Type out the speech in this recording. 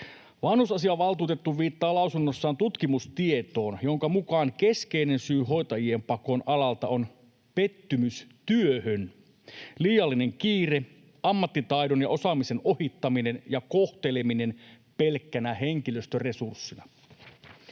Vanhusasiavaltuutettu viittaa lausunnossaan tutkimustietoon, jonka mukaan keskeinen syy hoitajien pakoon alalta on pettymys työhön, liiallinen kiire, ammattitaidon ja osaamisen ohittaminen ja kohteleminen pelkkänä henkilöstöresurssina.